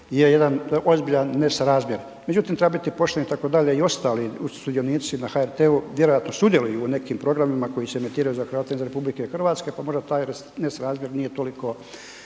je jedan ozbiljan nesrazmjer međutim treba biti pošten itd., i ostali sudionici na HRT-u, vjerovatno sudjeluju u nekim programima koji se emitiraju za Hrvate izvan RH pa možda taj nesrazmjer nije toliko